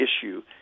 issue